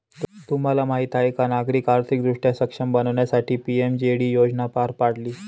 तुम्हाला माहीत आहे का नागरिकांना आर्थिकदृष्ट्या सक्षम बनवण्यासाठी पी.एम.जे.डी योजना पार पाडली